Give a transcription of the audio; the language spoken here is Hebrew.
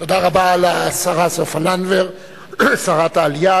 תודה רבה לשרה סופה לנדבר, שרת העלייה.